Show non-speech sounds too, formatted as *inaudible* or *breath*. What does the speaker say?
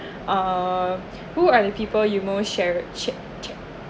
uh *breath* who are the people you more shared shared cher~